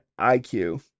IQ